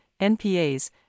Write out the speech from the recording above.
NPAs